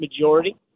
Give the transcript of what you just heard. majority